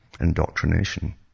indoctrination